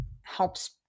helps